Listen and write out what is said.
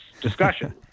discussion